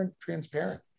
transparent